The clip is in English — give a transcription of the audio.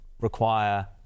require